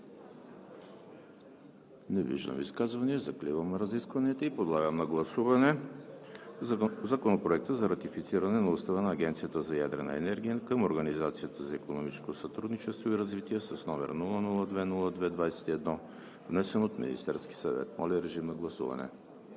Не виждам изказвания. Закривам разискванията и подлагам на гласуване Законопроект за ратифициране на Устава на Агенцията за ядрена енергия към Организацията за икономическо сътрудничество и развитие, № 002-02-21, внесен от Министерския съвет. Гласували